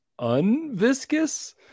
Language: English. unviscous